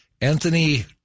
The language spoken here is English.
Anthony